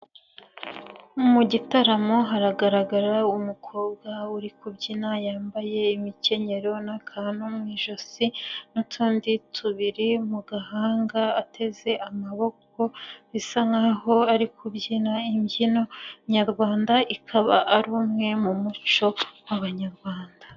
Mu gitaramo haragaragara umukobwa uri kubyina yambaye imikenyero n'akantu mu ijosi n'utundi tubiri mu gahanga ateze amaboko bisa nk'aho ari kubyina imbyino Nyarwanda, ikaba ari umwe mu muco w'Abanyarwanda.